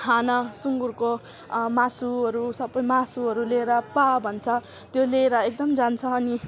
खाना सुँगुरको मासुहरू सबै मासुहरू लिएर पा भन्छ त्यो लिएर एकदम जान्छ अनि